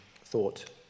thought